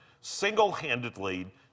single-handedly